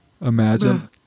Imagine